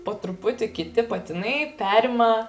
po truputį kiti patinai perima